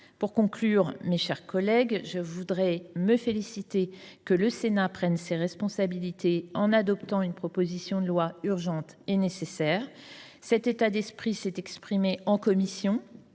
Pour conclure, mes chers collègues, je me félicite que le Sénat prenne ses responsabilités en adoptant une proposition de loi urgente et nécessaire. Cet état d’esprit s’est exprimé en commission